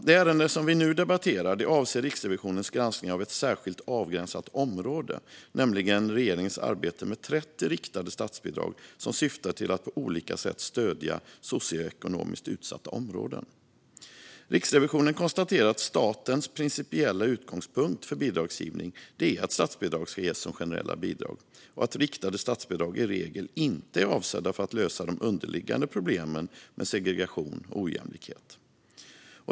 Det ärende vi nu debatterar avser Riksrevisionens granskning av ett särskilt avgränsat område, nämligen regeringens arbete med 30 riktade statsbidrag som syftar till att på olika sätt stödja socioekonomiskt utsatta områden. Riksrevisionen konstaterar att statens principiella utgångspunkt för bidragsgivning är att statsbidrag ska ges som generella bidrag och att riktade statsbidrag i regel inte är avsedda att lösa de underliggande problemen med segregation och ojämlikhet.